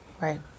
Right